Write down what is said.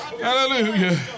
hallelujah